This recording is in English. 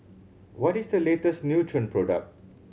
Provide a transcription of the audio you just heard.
what is the latest Nutren product